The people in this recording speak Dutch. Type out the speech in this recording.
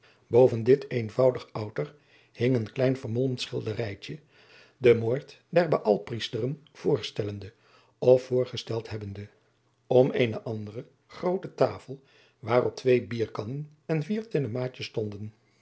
dit eenvoudig outer hing een klein vermolmd schilderijtje den moord der baälspriesteren voorstellende of voorgesteld hebbende om eene andere groote tafel waarop twee bierkannen en vier tinnen maatjens stonden